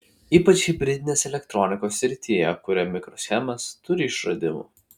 ypač hibridinės elektronikos srityje kuria mikroschemas turi išradimų